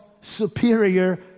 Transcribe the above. superior